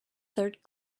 third